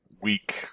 weak